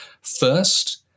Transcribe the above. First